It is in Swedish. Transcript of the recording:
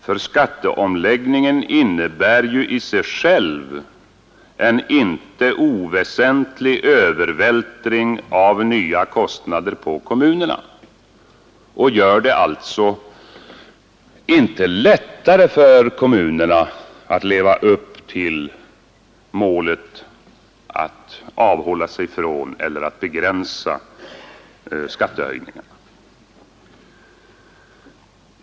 För skatteomläggningen innebär ju i sig själv en inte oväsentlig övervältring av nya kostnader på kommunerna och gör det alltså inte lättare för kommunerna att leva upp till målet att avhålla sig från skattehöjningar eller åtminstone begränsa dem.